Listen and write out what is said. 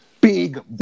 Big